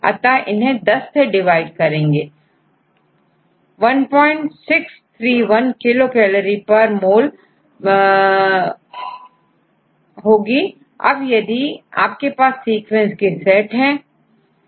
अतः इन्हें10 से डिवाइड करेंगे1631 किलोकैलोरी पर मोल अब यदि आपके पास सीक्वेंस के सेट है